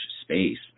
space